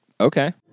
okay